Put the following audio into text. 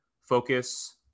focus